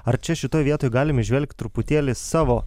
ar čia šitoj vietoj galime įžvelgt truputėlį savo